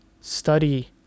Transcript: Study